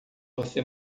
você